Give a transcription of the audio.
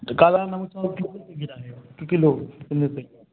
काला नाऊ चावल कितने किलो में है